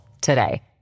today